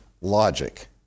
logic